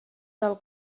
del